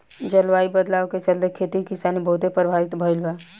जलवायु बदलाव के चलते, खेती किसानी बहुते प्रभावित भईल बा